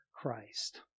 Christ